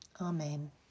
Amen